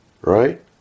Right